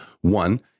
one